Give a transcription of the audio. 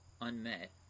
unmet